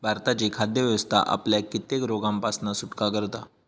भारताची खाद्य व्यवस्था आपल्याक कित्येक रोगांपासना सुटका करता